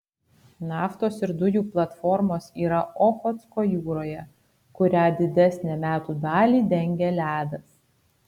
naftos ir dujų platformos yra ochotsko jūroje kurią didesnę metų dalį dengia ledas